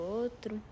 outro